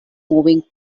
moving